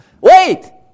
Wait